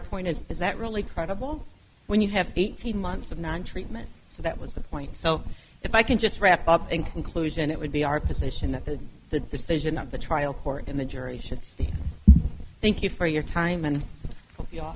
point is is that really credible when you have eighteen months of non treatment so that was the point so if i can just wrap up and conclusion it would be our position that the the decision of the trial court in the jury should stay thank you for your time and